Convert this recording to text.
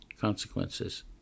consequences